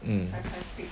mm